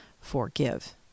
forgive